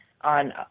on